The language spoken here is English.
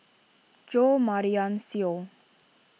Jo Marion Seow